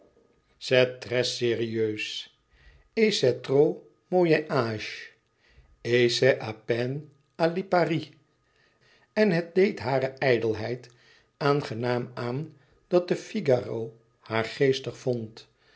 liparie en het deed hare ijdelheid aangenaam aan dat de figaro haar geestig vond